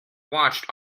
watched